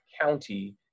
county